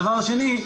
הדבר השני,